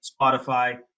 spotify